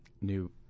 new